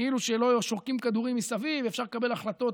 כאילו שלא שורקים כדורים מסביב ואפשר לקבל החלטות